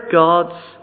God's